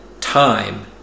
time